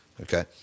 Okay